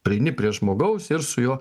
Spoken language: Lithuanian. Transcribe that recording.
prieini prie žmogaus ir su juo